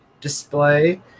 display